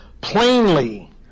plainly